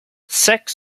sex